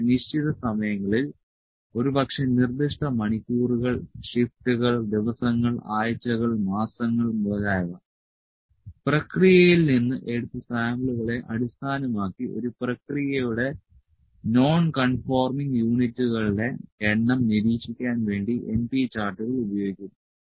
ഒരു നിശ്ചിത സമയങ്ങളിൽ ഒരുപക്ഷേ നിർദ്ദിഷ്ട മണിക്കൂറുകൾ ഷിഫ്റ്റുകൾ ദിവസങ്ങൾ ആഴ്ചകൾ മാസങ്ങൾ മുതലായവ പ്രക്രിയയിൽ നിന്ന് എടുത്ത സാമ്പിളുകളെ അടിസ്ഥാനമാക്കി ഒരു പ്രക്രിയയുടെ നോൺ കൺഫോർമിങ് യൂണിറ്റുകളുടെ എണ്ണം നിരീക്ഷിക്കാൻ വേണ്ടി np ചാർട്ടുകൾ ഉപയോഗിക്കുന്നു